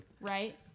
Right